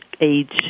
age